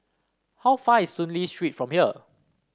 how far is Soon Lee Street from here